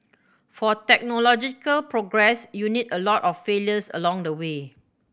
for technological progress you need a lot of failures along the way